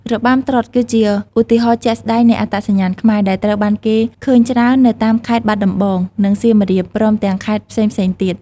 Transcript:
របាំត្រុដិ គឺជាឧទាហរណ៍ជាក់ស្តែងនៃអត្តសញ្ញាណខ្មែរ ដែលត្រូវបានគេឃើញច្រើននៅតាមខេត្តបាត់ដំបង និងសៀមរាបព្រមទាំងខេត្តផ្សេងៗទៀត។